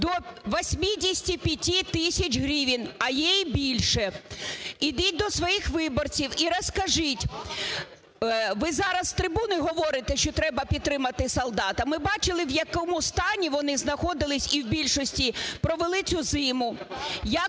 до 85 тисяч гривень, а є і більше. Ідіть до своїх виборців і розкажіть, ви зараз з трибуни говорите, що треба підтримати солдат, а ми бачили в якому стані вони знаходилися і в більшості провели цю зиму,